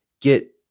get